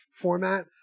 format